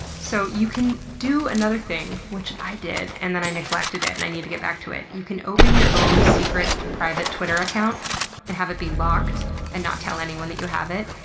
so you can do another thing, which i did and then i neglected it, and i need to get back to it. you can open your own secret, private, twitter account and have it be locked and not tell anyone that you have it.